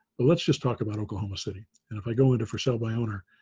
but let's just talk about oklahoma city. and if i go into for sale by owner